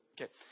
Okay